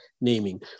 naming